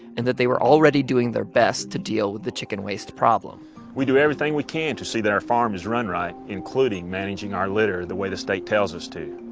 and that they were already doing their best to deal with the chicken waste problem we do everything we can to see that our farm is run right, including managing our litter the way the state tells us to.